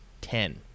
ten